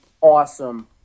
awesome